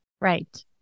Right